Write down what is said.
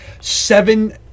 seven